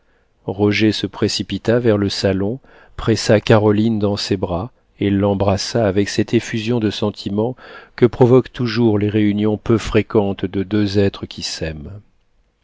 roger se précipita vers le salon pressa caroline dans ses bras et l'embrassa avec cette effusion de sentiment que provoquent toujours les réunions peu fréquentes de deux êtres qui s'aiment